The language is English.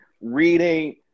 reading